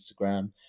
Instagram